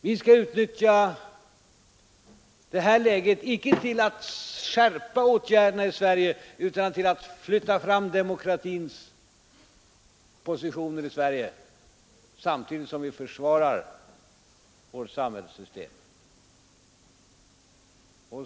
Vi skall utnyttja det här läget icke till att skärpa åtgärderna i Sverige utan till att flytta fram demokratins positioner i Sverige, samtidigt som vi försvarar vårt samhällssystem.